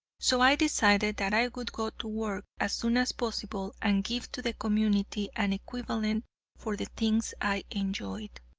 so i decided that i would go to work as soon as possible, and give to the community an equivalent for the things i enjoyed.